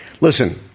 listen